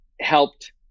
helped